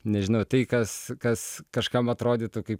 nežinau tai kas kas kažkam atrodytų kaip